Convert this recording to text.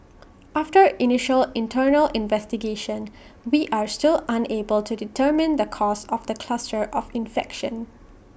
after initial internal investigation we are still unable to determine the cause of the cluster of infection